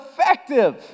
effective